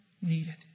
needed